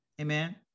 amen